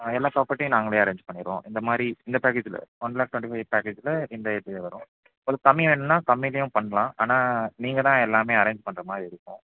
எல்லா பராப்பர்ட்டியும் நாங்களே அரேஞ்ச் பண்ணிடுவோம் இந்த மாதிரி இந்த பேக்கேஜில் ஒன் லேக் டுவெண்டி ஃபை பேக்கேஜ்ல இந்த இது வரும் உங்களுக்கு கம்மி வேணும்னா கம்மிலேயும் பண்ணலாம் ஆனால் நீங்கள் தான் எல்லாமே அரேஞ்ச் பண்ணுற மாதிரி இருக்கும்